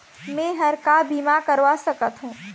मैं हर का बीमा करवा सकत हो?